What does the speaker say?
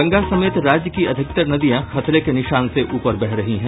गंगा समेत राज्य की अधिकतर नदियां खतरे के निशान से ऊपर बह रही हैं